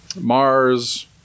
Mars